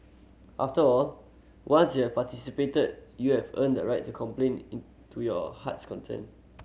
after all once you're participated you have earned the right to complain into your heart's content